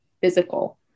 physical